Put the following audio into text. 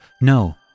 No